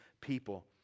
people